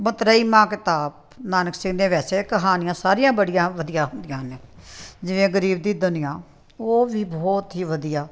ਮਤਰੇਈ ਮਾਂ ਕਿਤਾਬ ਨਾਨਕ ਸਿੰਘ ਨੇ ਵੈਸੇ ਕਹਾਣੀਆਂ ਸਾਰੀਆਂ ਬੜੀਆਂ ਵਧੀਆ ਹੁੰਦੀਆਂ ਨੇ ਜਿਵੇਂ ਗਰੀਬ ਦੀ ਦੁਨੀਆਂ ਉਹ ਵੀ ਬਹੁਤ ਹੀ ਵਧੀਆ